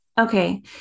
Okay